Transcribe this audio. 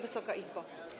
Wysoka Izbo!